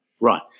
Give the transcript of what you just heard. Right